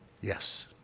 Yes